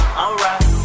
alright